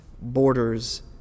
borders